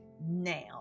now